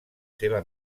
seva